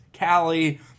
Callie